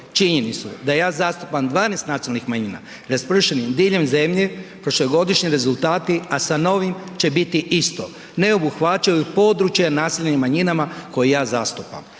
činjenicu da ja zastupam 12 nacionalnih manjina raspršenih diljem zemlje, prošlogodišnji rezultati a sa novim će biti isto, ne obuhvaćaju područje naseljenih manjinama koje ja zastupam.